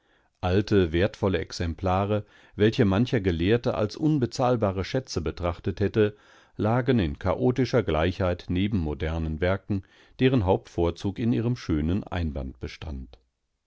alte wertvolle exemplare welche mancher gelehrte als unbezahlbare schätze betrachtet hätte lagen in chaotischer gleichheit neben modernen werken deren hauptvorzug in ihrem schönen einband bestand